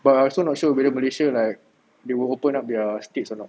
but I also not sure whether malaysia like they will open up their states or not